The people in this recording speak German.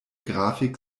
grafik